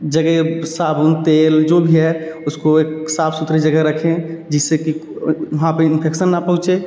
जगह साबुन तेल जो भी है उसको एक साफ़ सुथरी जगह रखें जिससे कि वहाँ पे इन्फेक्सन ना पहुँचे